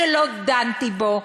שלא דנתי בו,